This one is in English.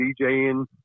DJing